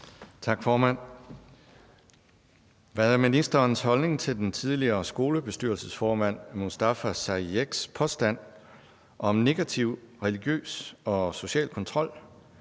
Tak, formand. Hvad er ministerens holdning til den tidligere skolebestyrelsesformand Mustafa Sayeghs påstand om negativ religiøs og social kontrol,